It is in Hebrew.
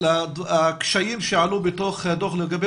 התייחסות לקשיים שעלו בתוך הדוח לגבי